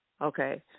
Okay